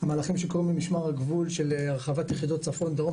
המהלכים שקורים עם משמר הגבול של הרחבת יחידות צפון דרום,